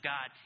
God